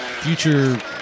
future